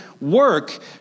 Work